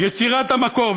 יצירת המקור.